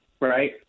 right